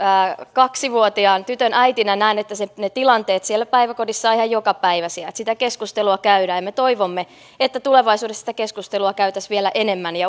kaksivuotiaan tytön äitinä näen että tilanteet siellä päiväkodissa ovat ihan jokapäiväisiä että sitä keskustelua käydään ja me toivomme että tulevaisuudessa sitä keskustelua käytäisiin vielä enemmän